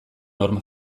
horma